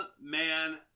Man